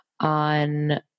on